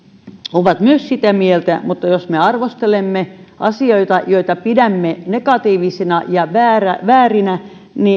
ovat myös sitä mieltä mutta jos me arvostelemme asioita joita pidämme negatiivisina ja väärinä